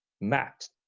mapped